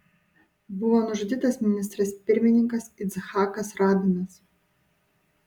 buvo nužudytas ministras pirmininkas icchakas rabinas